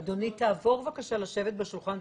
אדוני, תעבור בבקשה לשבת בשולחן.